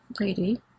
lady